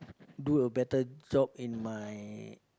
do a better job in my